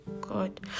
god